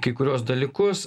kai kuriuos dalykus